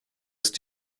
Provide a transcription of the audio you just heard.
ist